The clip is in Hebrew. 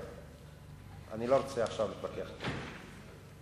אני לא רוצה עכשיו להתווכח אתו,